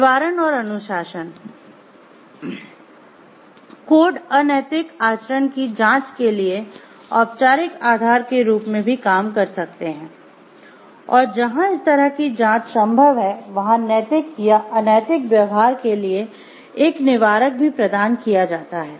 निवारण और अनुशासन कोड अनैतिक आचरण की जांच के लिए औपचारिक आधार के रूप में भी काम कर सकते हैं और जहां इस तरह की जांच संभव है वहाँ नैतिक या अनैतिक व्यवहार के लिए एक निवारक भी प्रदान किया जाता है